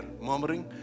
murmuring